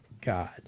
God